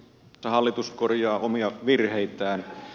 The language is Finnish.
metsähallitus korjaa omia virheitään